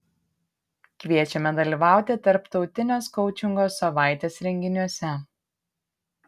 kviečiame dalyvauti tarptautinės koučingo savaitės renginiuose